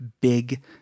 big